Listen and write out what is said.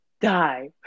die